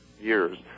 years